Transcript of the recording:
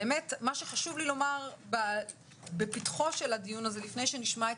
חשוב לי לומר בפתחו של הדיון הזה לפני שנשמע את